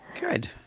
Good